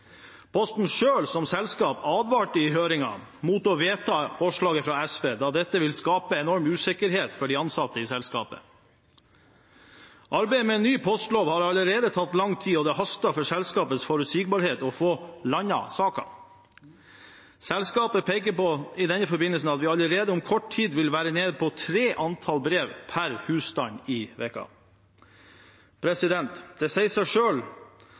Posten selv, som selskap, advarte i høringen mot å vedta forslaget fra SV, da dette ville skape en enorm usikkerhet for de ansatte i selskapet. Arbeidet med en ny postlov har allerede tatt lang tid, og det haster for selskapets forutsigbarhet å få landet saken. Selskapet pekte i den forbindelse på at vi allerede om kort tid vil være nede på et antall på tre brev per husstand i uken. Det sier seg